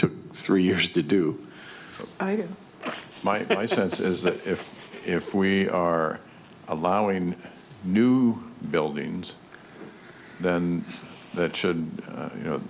took three years to do i get my sense is that if if we are allowing new buildings then that should you know